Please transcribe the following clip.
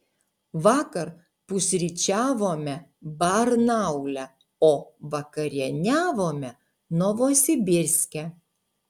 vakar pusryčiavome barnaule o vakarieniavome novosibirske